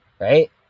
Right